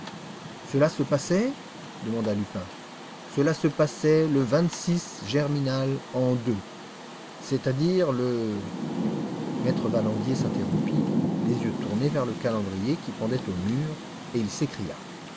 cela se passait demanda lupin cela se passait le vingt-six germinal an ii c'est-à-dire le m e valandier s'interrompit les yeux tournés vers le calendrier qui pendait au mur et il s'écria